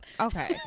Okay